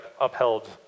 upheld